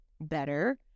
better